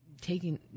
taking